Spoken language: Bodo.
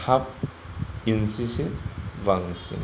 हाफ इनस सो बांसिन